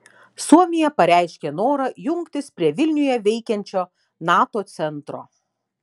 suomija pareiškė norą jungtis prie vilniuje veikiančio nato centro